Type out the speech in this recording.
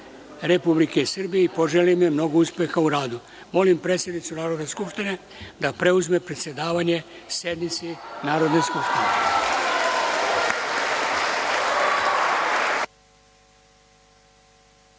Republike Srbije i poželim joj mnogo uspeha u radu. Molim predsednicu Narodne skupštine da preuzme predsedavanje sednici Narodne skupštine.